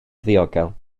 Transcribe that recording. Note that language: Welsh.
ddiogel